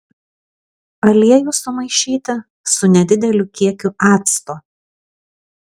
aliejų sumaišyti su nedideliu kiekiu acto